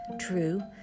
true